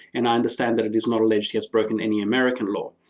and i understand that it is not alleged he has broken any american law.